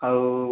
ଆଉ